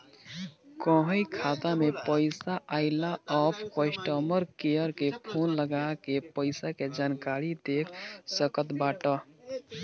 कहीं खाता में पईसा आइला पअ कस्टमर केयर के फोन लगा के पईसा के जानकारी देख सकत बाटअ